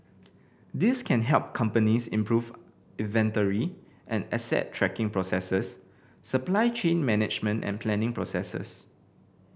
these can help companies improve inventory and asset tracking processes supply chain management and planning processes